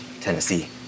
Tennessee